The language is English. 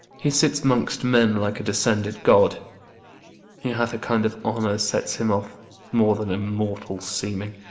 he sits mongst men like a descended god he hath a kind of honour sets him of more than a mortal seeming.